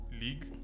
league